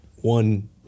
one